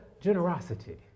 generosity